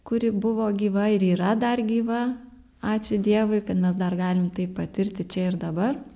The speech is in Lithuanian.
kuri buvo gyva ir yra dar gyva ačiū dievui kad mes dar galim tai patirti čia ir dabar